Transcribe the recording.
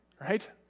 Right